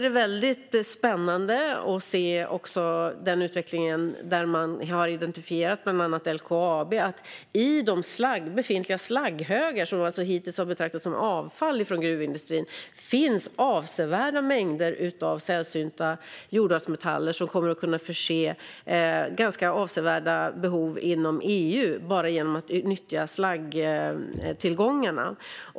Det är spännande att se den utveckling där bland andra LKAB har identifierat att det i de befintliga slagghögarna, som hittills har betraktats som avfall från gruvindustrin, finns avsevärda mängder sällsynta jordartsmetaller som kommer att kunna fylla ganska avsevärda behov inom EU. Dessa behov kommer man att kunna fylla genom att bara utnyttja slaggtillgångarna.